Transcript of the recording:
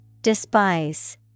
Despise